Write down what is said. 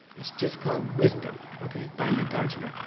it's just called wisdom. ok? by nagarjuna.